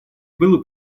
было